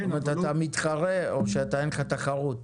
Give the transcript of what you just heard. אתה מתחרה או שאין לך תחרות?